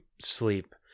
sleep